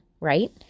right